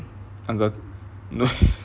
uncle